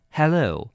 Hello